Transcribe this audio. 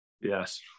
Yes